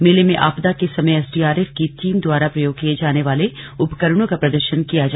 मेले में आपदा के समय एसडीआरएफ की टीम द्वारा प्रयोग किये जाने वाले उपकरणों का प्रदर्शन किया गया